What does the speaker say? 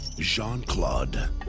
Jean-Claude